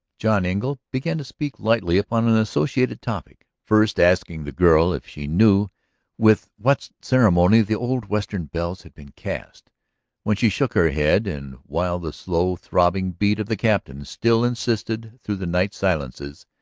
john engle began to speak lightly upon an associated topic, first asking the girl if she knew with what ceremony the old western bells had been cast when she shook her head and while the slow throbbing beat of the captain still insisted through the night's silences,